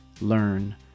learn